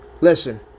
Listen